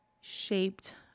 shaped